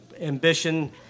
ambition